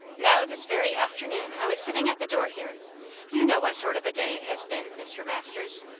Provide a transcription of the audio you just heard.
now this very afternoon i was sitting at the door here you know what sort of a day it has been, mr. masters?